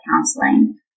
counseling